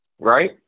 right